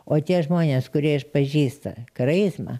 o tie žmonės kurie išpažįsta karaizmą